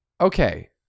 Okay